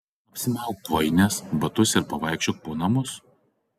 apsimauk kojines batus ir pavaikščiok po namus